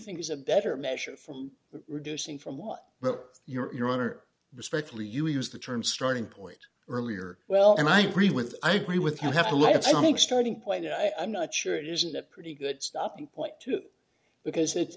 think is a better measure from reducing from what you're on or respectfully you use the term starting point earlier well and i agree with i agree with you have to look i think starting point i'm not sure it isn't that pretty good stopping point too because it's